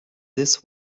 this